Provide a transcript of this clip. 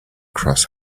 cross